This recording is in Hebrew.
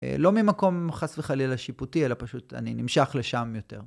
לא ממקום חס וחלילה השיפוטי, אלא פשוט אני נמשך לשם יותר.